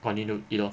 continue you know